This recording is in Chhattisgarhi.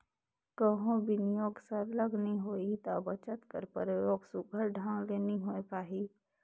कहों बिनियोग सरलग नी होही ता बचत कर परयोग सुग्घर ढंग ले नी होए पाही